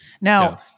now